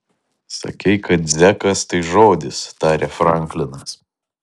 sakei kad zekas tai žodis tarė franklinas